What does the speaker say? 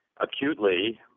Acutely